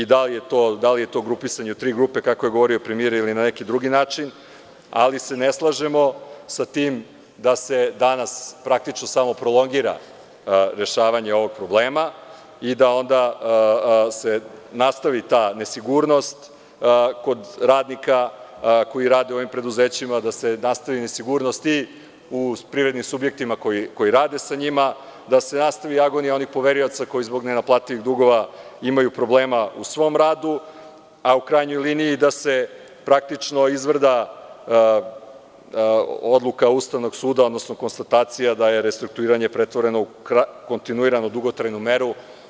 Da li je to grupisanje u tri grupe, kako je govorio premijer, ili na neki drugi način, ali se ne slažemo sa tim da se danas praktično samo prolongira rešavanje ovog problema i da se onda nastavi ta nesigurnost kod radnika koji rade u ovim preduzećima, da se nastavi nesigurnost i u privrednim subjektima koji rade sa njima, da se nastavi agonija onih poverioca koji zbog nenaplativih dugova imaju problema u svom radu, a u krajnjoj liniji i da se praktično izvrda odluka Ustavnog suda, odnosno konstatacija da je restrukturiranje pretvoreno u kontinuiranu dugotrajnu meru.